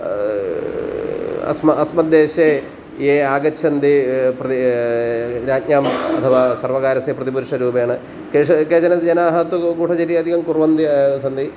अस्म अस्मद्देशे ये आगच्छन्ति प्रति राज्ञाम् अथवा सर्वकारस्य प्रतिपुरुषरूपेण केषु केचन जनाः तु गूढचर्यादिकं कुर्वन्ति सन्ति